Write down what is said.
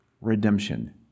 redemption